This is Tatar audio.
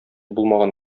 булмаган